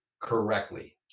correctly